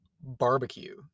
barbecue